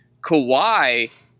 Kawhi